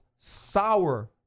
sour